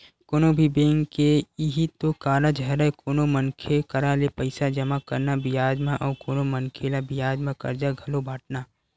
कोनो भी बेंक के इहीं तो कारज हरय कोनो मनखे करा ले पइसा जमा करना बियाज म अउ कोनो मनखे ल बियाज म करजा घलो बाटना